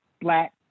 black